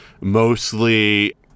Mostly